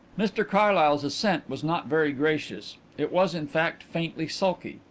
mr carlyle's assent was not very gracious it was, in fact, faintly sulky.